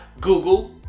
google